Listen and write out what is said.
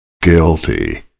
guilty